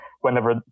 whenever